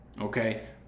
okay